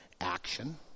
action